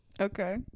Okay